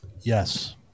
Yes